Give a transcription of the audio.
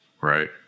right